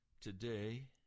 today